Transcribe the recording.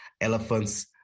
Elephants